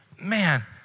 man